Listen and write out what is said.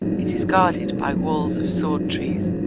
it is guarded by walls of sword trees.